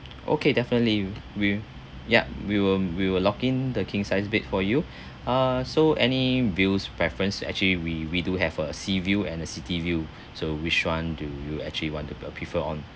okay definitely we yup we will we will lock in the king size bed for you uh so any views preference actually we we do have a sea view and a city view so which one do you actually want to prefer on